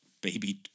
baby